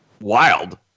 wild